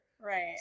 Right